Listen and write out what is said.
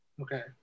Okay